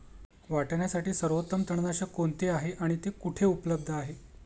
वाटाण्यासाठी सर्वोत्तम तणनाशक कोणते आहे आणि ते कुठे उपलब्ध आहे?